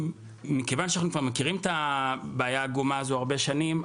מכיוון שאנחנו כבר מכירים את הבעיה העגומה הזאת הרבה שנים,